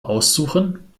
aussuchen